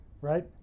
right